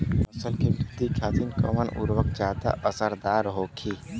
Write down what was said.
फसल के वृद्धि खातिन कवन उर्वरक ज्यादा असरदार होखि?